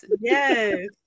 yes